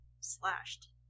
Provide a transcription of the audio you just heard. slashed